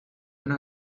una